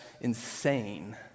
insane